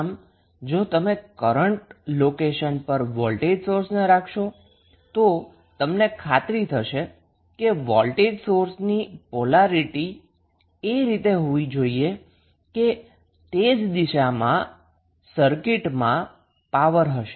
આમ જો તમે કરન્ટ લોકેશન પર વોલ્ટેજ સોર્સને રાખશો તો તમને ખાતરી થશે કે વોલ્ટેજ સોર્સની પોલારીટીએ રીતે હોવી જોઈએ કે તે જ દિશામાં સર્કિટમાં પાવર હશે